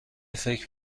فکر